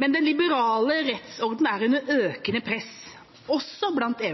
Men den liberale rettsordenen er under økende press, også blant